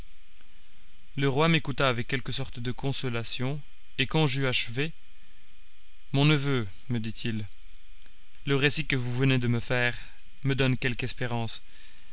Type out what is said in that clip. le roi m'écouta avec quelque sorte de consolation et quand j'eus achevé mon neveu me dit-il le récit que vous venez de me faire me donne quelque espérance